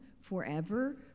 forever